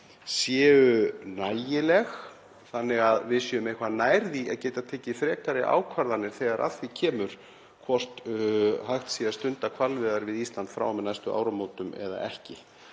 vera nægileg þannig að við séum eitthvað nær því að geta tekið frekari ákvarðanir þegar að því kemur hvort hægt sé að stunda hvalveiðar við Ísland frá og með næstu áramótum eða ekki?